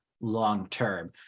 long-term